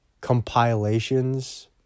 Compilations